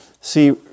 see